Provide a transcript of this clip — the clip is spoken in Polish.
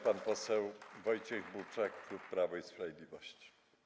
Pan poseł Wojciech Buczak, klub Prawo i Sprawiedliwość.